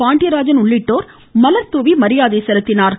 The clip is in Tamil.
பாண்டியராஜன் உள்ளிட்டோர் மலர் துாவி மரியாதை செலுத்தினர்